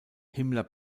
himmler